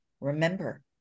remember